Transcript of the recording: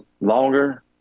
longer